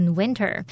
winter